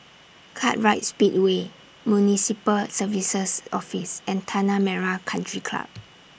Kartright Speedway Municipal Services Office and Tanah Merah Country Club